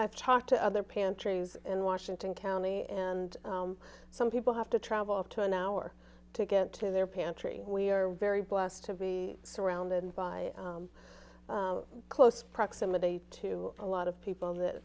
talked to other pantries in washington county and some people have to travel to an hour to get to their pantry we are very blessed to be surrounded by close proximity to a lot of people that